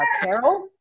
carol